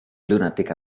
lunatic